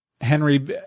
Henry